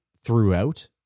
throughout